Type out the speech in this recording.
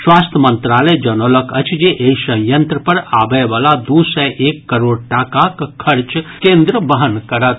स्वास्थ्य मंत्रालय जनौलक अछि जे एहि संयंत्र पर आबयवला दू सय एक करोड़ टाकाक खर्च केन्द्र वहन करत